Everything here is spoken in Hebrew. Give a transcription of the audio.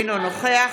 אינו נוכח